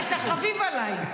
כי אתה חביב עליי.